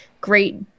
great